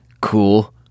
Cool